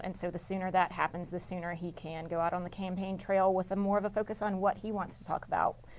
and so, the sooner that happens, the sooner he can go out on the campaign trail with more of a focus on what he wants to talk about.